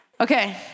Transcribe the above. Okay